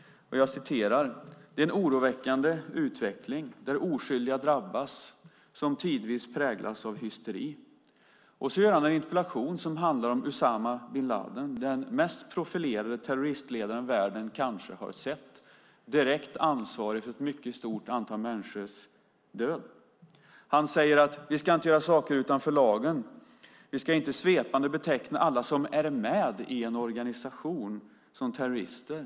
Jo, att det är en oroväckande utveckling där oskyldiga drabbas som tidvis präglas av hysteri. Han skrev en interpellation som handlar om Usama bin Ladin, den mest profilerade terroristledaren världen kanske har sett, direkt ansvarig för ett mycket stort antal människors död. Björlund säger att vi inte ska göra saker utanför lagen, vi ska inte svepande beteckna alla som är med i en organisation som terrorister.